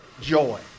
joy